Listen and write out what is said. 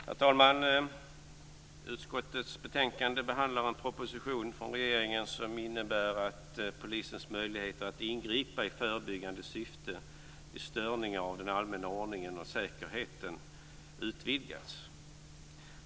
Herr talman! Utskottets betänkande behandlar en proposition från regeringen som innebär att polisens möjligheter att ingripa i förebyggande syfte vid störningar av den allmänna ordningen och säkerheten utvidgas.